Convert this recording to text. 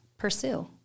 pursue